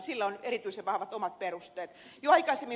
sille on erityisen vahvat omat perusteet